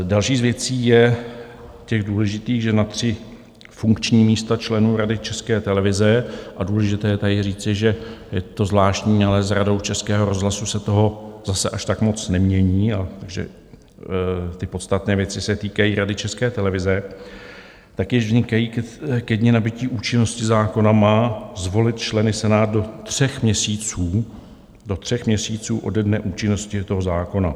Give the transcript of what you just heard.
Další z věcí, těch důležitých, je, že na tři funkční místa členů Rady České televize a důležité je tady říci, že je to zvláštní, ale s Radou Českého rozhlasu se toho zase až tak moc nemění, a že ty podstatné věci se týkají Rady České televize, tak již vznikají ke dni nabytí účinnosti zákona má zvolit členy Senát do tří měsíců, do tří měsíců ode dne účinnosti toho zákona.